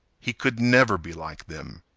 he could never be like them.